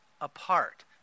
apart